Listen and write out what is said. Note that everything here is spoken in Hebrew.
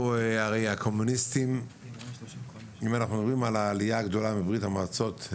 אם אנחנו מדברים על העלייה הגדולה והמבורכת